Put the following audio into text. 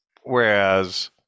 whereas